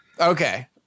Okay